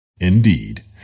indeed